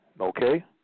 Okay